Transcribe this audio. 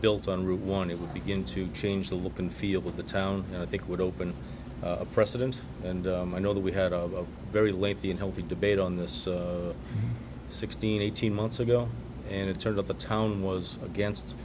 built on route one it would begin to change the look and feel with the town i think would open a precedent and i know that we had of a very lengthy and healthy debate on this sixteen eighteen months ago and it turned out the town was against